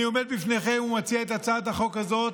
אני עומד לפניכם ומציע את הצעת החוק הזאת,